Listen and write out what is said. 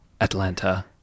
Atlanta